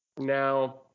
Now